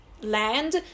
land